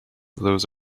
those